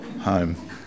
home